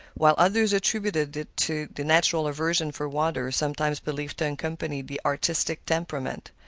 while others attributed it to the natural aversion for water sometimes believed to accompany the artistic temperament.